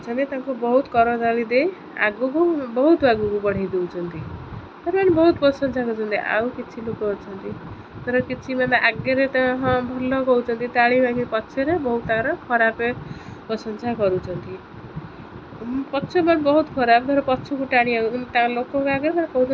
ଓଡ଼ିଆ ଭାଷା ଯେଉଁ ରାମାୟଣ ଧର ମହାଭାରତ ଏସବୁରେ ଆମ ଓଡ଼ିଆ ଲୋକ ମାନେ ସେଗୁଡ଼ା ବୁଝନ୍ତି ଦେଖନ୍ତି ମାନେ ସେଥିରୁ ସେ ଜାଣିପାରନ୍ତି କିଛି ସେ ଭାଷାର ଶୈଳୀ ଏଗୁଡ଼ା ସବୁ ବାହାରେ ଚାଲେ ନା କିନ୍ତୁ ଓଡ଼ିଆ ଲୋକ ଯେମିତି ଏ କଥାକୁ ସବୁ ଜାଣିପାରିବେ ଏ କଥାର ସବୁ ହଁ ସେଗୁଡ଼ା ବହୁତ